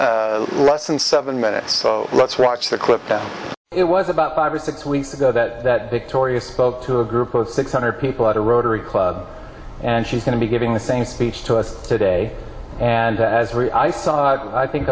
in less than seven minutes so let's watch the clip that it was about five or six weeks ago that victoria spoke to a group of six hundred people at a rotary club and she's going to be giving the same speech to us today and has a very i saw i think